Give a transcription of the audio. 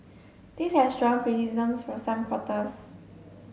this has drawn criticisms from some quarters